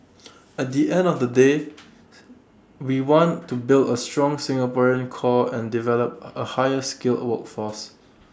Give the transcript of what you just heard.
at the end of the day we want to build A strong Singaporean core and develop A higher skilled workforce